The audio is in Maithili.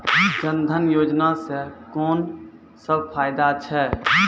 जनधन योजना सॅ कून सब फायदा छै?